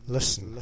Listen